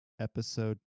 episode